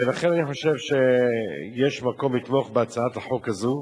ולכן אני חושב שיש מקום לתמוך בהצעת החוק הזאת.